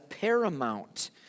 paramount